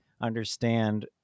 understand